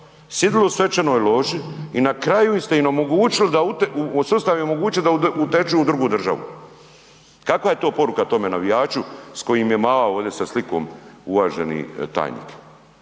sidili u svečanoj loži i na kraju ste im omogućili da, sustav im je omogućio da uteču u drugu državu. Kakva je to poruka tome navijaču s kojim je mahao ovdje sa slikom uvaženi tajnik?